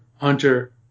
Hunter